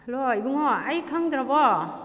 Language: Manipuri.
ꯍꯂꯣ ꯏꯕꯨꯡꯉꯣ ꯑꯩ ꯈꯪꯗ꯭ꯔꯕꯣ